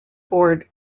board